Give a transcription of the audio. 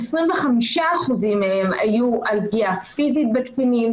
25% מהם היו על פגיעה פיזית בקטינים,